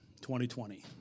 2020